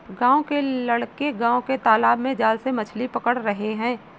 गांव के लड़के गांव के तालाब में जाल से मछली पकड़ रहे हैं